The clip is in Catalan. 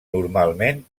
normalment